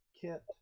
kit